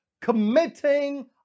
committing